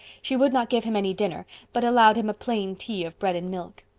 she would not give him any dinner but allowed him a plain tea of bread and milk.